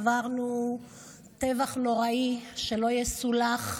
עברנו טבח נוראי שלא יסולח,